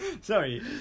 Sorry